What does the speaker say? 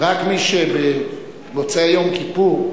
ורק מי שבמוצאי יום כיפור,